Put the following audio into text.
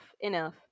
enough